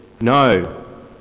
No